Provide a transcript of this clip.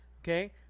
okay